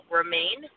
remain